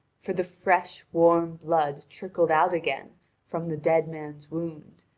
for the fresh warm blood trickled out again from the dead man's wound,